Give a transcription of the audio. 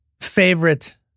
favorite